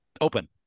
Open